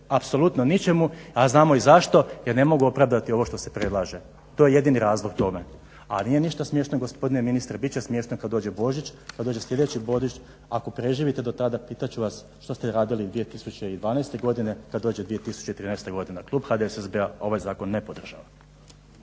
apsolutno ničemu a znamo i zašto jer ne mogu opravdati ovo što se predlaže. To je jedini razlog tome. A nije ništa smiješno gospodine ministre, bit će smiješno kad dođe Božić, kad dođe sljedeći Božić ako preživite do tada pitat ću vas što ste radili 2012. godine kad dođe 2013. godina. Klub HDSSB-a ovaj zakon ne podržava.